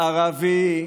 ערבי,